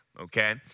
okay